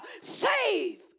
Save